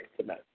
tonight